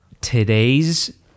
Today's